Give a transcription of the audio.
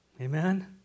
Amen